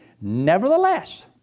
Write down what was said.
nevertheless